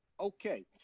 okay.